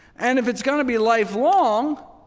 and if it's going to be life-long,